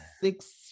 six